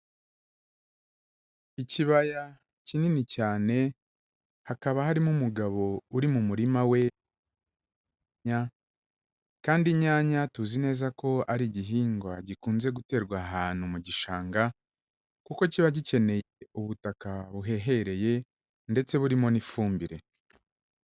Ikibaya kinini cyane, hakaba harimo umugabo uri mu murima we w'inyanya, kandi inyanya tuzi neza ko ari igihingwa gikunze guterwa ahantu mu gishanga, kuko kiba gikeneye ubutaka buhehereye ndetse burimo n'ifumbire.